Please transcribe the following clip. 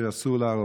שאסור להרוג,